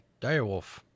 direwolf